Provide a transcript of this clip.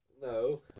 No